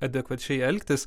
adekvačiai elgtis